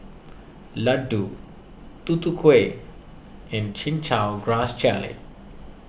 Laddu Tutu Kueh and Chin Chow Grass Jelly